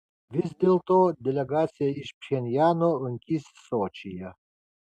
vis dėl to delegacija iš pchenjano lankysis sočyje